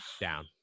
Down